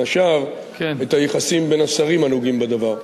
השאר את היחסים בין השרים הנוגעים בדבר.